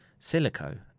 silico